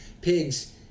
pigs